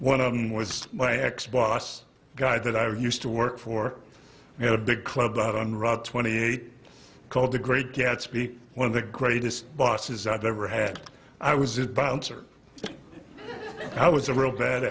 one of them was my ex boss guy that i used to work for you know a big club out on route twenty eight called the great gatsby one of the greatest bosses i've ever had i was it bouncer i was a real b